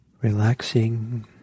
relaxing